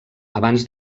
abans